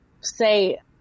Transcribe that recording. say